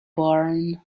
barn